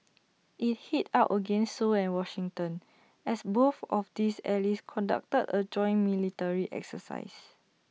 IT hit out against Seoul and Washington as both of these allies conducted A joint military exercise